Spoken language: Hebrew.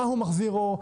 מהו מחזיר אור.